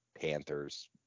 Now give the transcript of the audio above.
Panthers